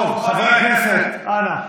חבר הכנסת, אנא.